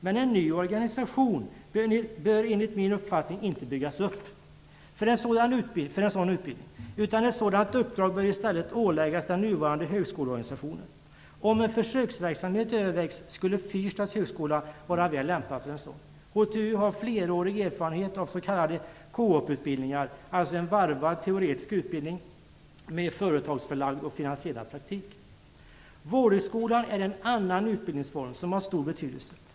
Men en ny organisation bör enligt min uppfattning inte byggas upp för en sådan utbildning, utan ett sådant uppdrag bör i stället åläggas den nuvarande högskoleorganisationen. Om en försöksverksamhet övervägs kan fyrstads högskola vara väl lämpad för en sådan. HTU har flerårig erfarenhet av s.k. COOP Vårdhögskolan är en annan utbildning som har stor betydelse.